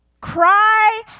cry